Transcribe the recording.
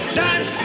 dance